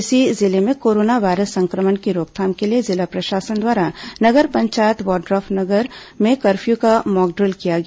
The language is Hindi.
इसी जिले में कोरोना वायरस संक्रमण की रोकथाम के लिए जिला प्रशासन द्वारा नगर पंचायत वाड्रफनगर में कर्फ्यू का मॉकड्रिल किया गया